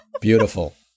Beautiful